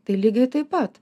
tai lygiai taip pat